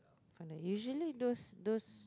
from the usually those those